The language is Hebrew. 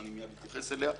שאני מיד אתייחס אליה.